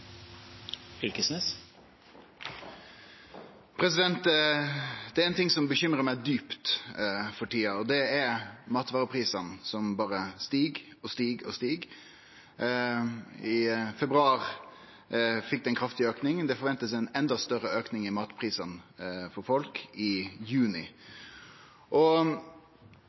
matvareprisane, som berre stig og stig og stig. I februar fekk vi ein kraftig auka, og ein forventar ein enda større auke i matprisane til folk i juni.